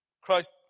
Christ